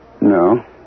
No